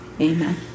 amen